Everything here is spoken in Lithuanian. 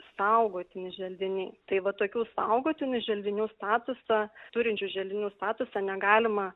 saugotini želdiniai tai va tokių saugotinų želdinių statusą turinčių želdinių statusą negalima